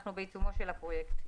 אנחנו בעיצומו של הפרויקט.